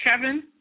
Kevin